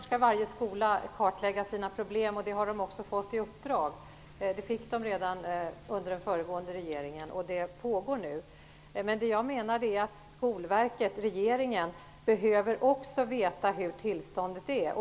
Herr talman! Självklart skall varje skola kartlägga sina egna problem. Det har de också fått i uppdrag att göra. Det fick de redan under den föregående regeringen och det arbetet pågår nu. Men jag menar att Skolverket och regeringen också behöver få veta hur tillståndet är.